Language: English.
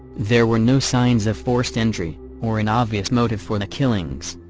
there were no signs of forced entry or an obvious motive for the killings.